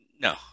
No